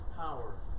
power